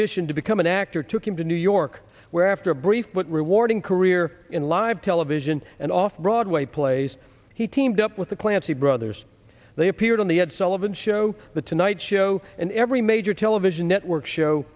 bishan to become an actor took him to new york where after a brief but rewarding career in live television and off broadway plays he teamed up with the clancy brothers they appeared on the ed sullivan show the tonight show in every major television network show